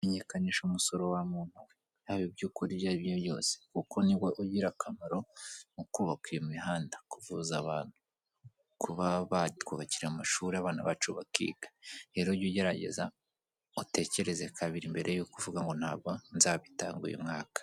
Menyekanisha umusoro wa muntu we, yaba ibyo ukora ibyo ari byo byose kuko ni wo ugira akamaro mu kubaka iyo mihanda, kuvuza abantu, kuba batwubakira amashuri abana bacu bakiga rero jya ugerageza utekereze kabiri mbere y'uko uvuga ngo ntabwo nzabitanga uyu mwaka.